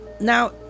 now